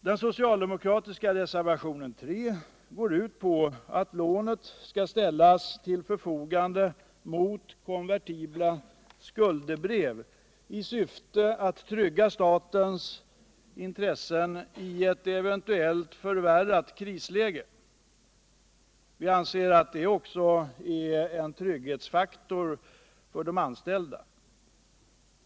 Den socialdemokratiska reservationen 3 går ut på att lånet skall ställas till förfogande mot konvertibla skuldebrev i syfte att trygga statens intressen i ett eventuellt förvärrat krisläge. Vi anser att det också är en trygghetsfaktor för de anställda.